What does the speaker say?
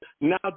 now